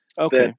Okay